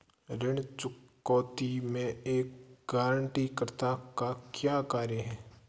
ऋण चुकौती में एक गारंटीकर्ता का क्या कार्य है?